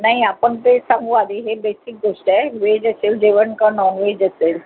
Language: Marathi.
नाही आपण तेच सांगू आधी हे बेसिक गोष्ट आहे वेज असेल जेवण का नॉन व्हेज असेल